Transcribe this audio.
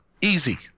easy